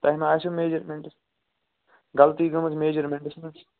تۄہہِ ما آسیو میٚجَرمٮ۪نٛٹَس غلطی گٔمٕژ میٚجَرمٮ۪نٛٹَس منٛز